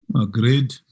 Agreed